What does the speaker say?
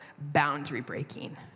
boundary-breaking